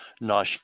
nice